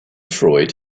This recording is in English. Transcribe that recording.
freud